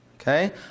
okay